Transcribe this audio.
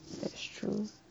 that's true